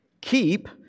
Keep